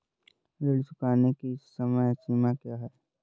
ऋण चुकाने की समय सीमा क्या है?